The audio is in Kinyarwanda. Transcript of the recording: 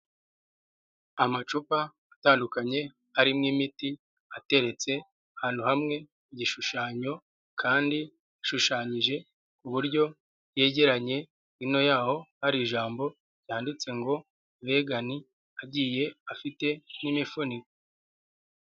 Amacupa atandukanye arimo imiti ateretse ahantu hamwe, igishushanyo kandi yashushanyije ku buryo yegeranye, hino yaho hari ijambo ryanditse ngo megani, agiye afite n'imifuniko.